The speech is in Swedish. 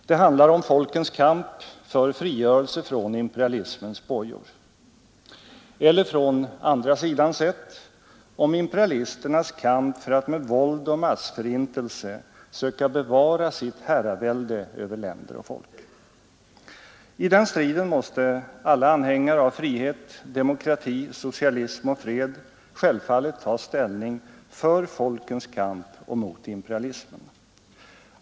Det handlar om folkens kamp för frigörelse från imperialismens bojor. Eller från andra sidan sett, om imperialisternas kamp för att med våld och massförintelse söka bevara sitt herravälde över länder och folk. I den striden måste alla anhängare av frihet, demokrati, socialism och fred självfallet ta ställning för folkens kamp och mot imperialismen.